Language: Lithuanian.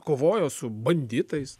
kovojo su banditais